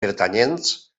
pertanyents